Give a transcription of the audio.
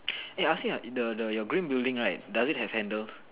eh I ask you ah the the your green building right does it have handles